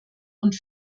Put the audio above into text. und